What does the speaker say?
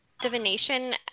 divination